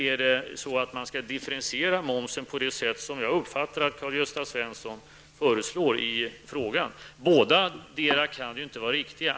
Eller skall man differentiera momsen på det sätt som jag uppfattat att Karl-Gösta Svenson föreslog i frågan? Bådadera kan ju inte vara riktigt.